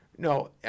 No